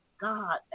God